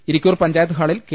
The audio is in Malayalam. ഇരിക്കൂർ പഞ്ചായത്ത് ഹാളിൽ കെ